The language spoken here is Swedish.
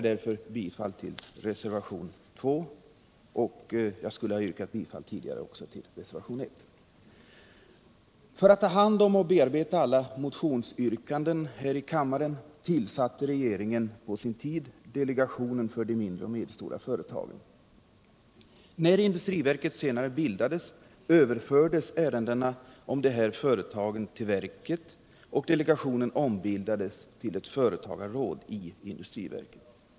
Därför yrkar jag bifall till reservation 2. För att ta hand om och bearbeta alla motionsyrkanden här i kammaren tillsatte regeringen på sin tid delegationen för de mindre och medelstora företagen. När industriverket senare bildades, överfördes ärendena om de här företagen till verket, och delegationen ombildades till ett företagarråd i industriverket.